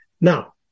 now